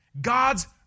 God's